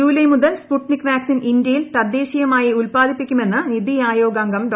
July മുതൽ Sputnik vaccine ഇന്ത്യയിൽ തദ്ദേശീയമായി ഉല്പാദിപ്പിക്കുമെന്ന് നിതി ആയോഗ് അംഗം ഡോ